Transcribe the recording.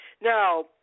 Now